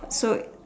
so